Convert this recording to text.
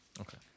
Okay